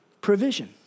provision